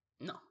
No